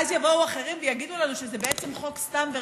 ואז יבואו אחרים ויגידו לנו שזה בעצם חוק סתם,